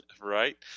Right